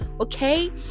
okay